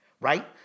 right